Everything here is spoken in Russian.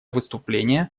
выступление